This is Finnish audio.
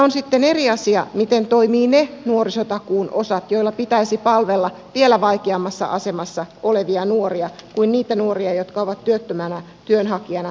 on sitten eri asia miten toimivat ne nuorisotakuun osat joilla pitäisi palvella vielä vaikeammassa asemassa olevia nuoria kuin niitä nuoria jotka ovat työttöminä työnhakijoina työvoimatoimistoissa